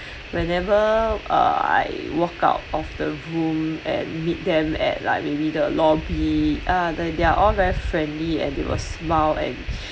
whenever uh I walk out of the room and meet them at like maybe the lobby uh the they're all very friendly and there were smile and